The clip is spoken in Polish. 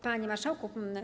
Panie Marszałku!